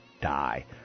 die